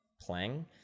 playing